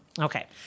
Okay